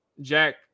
Jack